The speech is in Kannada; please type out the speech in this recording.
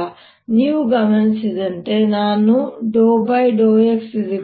ಆ ಸಂದರ್ಭದಲ್ಲಿ ನೀವು ಗಮನಿಸಿದಂತೆ ನಾವು ∂x±1v∂t